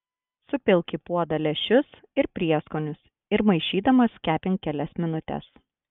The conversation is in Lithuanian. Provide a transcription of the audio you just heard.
supilk į puodą lęšius ir prieskonius ir maišydamas kepink kelias minutes